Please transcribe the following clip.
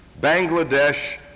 Bangladesh